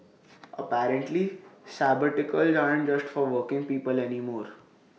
apparently sabbaticals aren't just for working people anymore